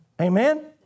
Amen